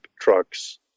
trucks